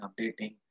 updating